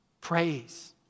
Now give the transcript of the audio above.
praise